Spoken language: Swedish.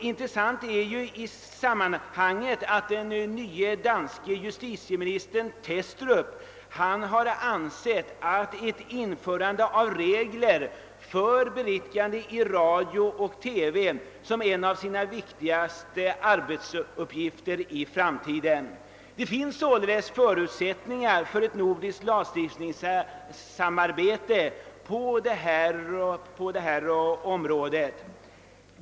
Intressant är i sammanhanget, att den nya danska justitieministern Testrup har ansett ett införande av regler för beriktigande i radio och TV som en av sina viktigaste arbetsuppgifter i framtiden. Det finns således förutsättningar för ett nordiskt lagstiftningssamarbete på detta område.